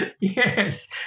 yes